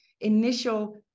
initial